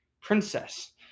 princess